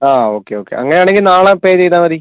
അ okay okay അങ്ങനെ ആണെങ്കിൽ നാളെ പേ ചെയ്താൽ മതി